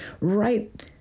right